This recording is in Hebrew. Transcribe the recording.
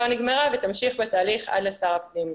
לא נגמרה ותמשיך בתהליך עד לשר הפנים.